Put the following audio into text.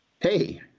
Hey